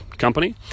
company